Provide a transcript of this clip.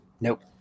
Nope